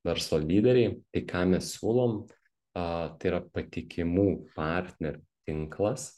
verslo lyderiai tai ką mes siūlom a tai yra patikimų partnerių tinklas